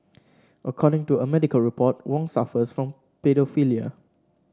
according to a medical report Wong suffers from paedophilia